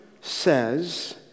says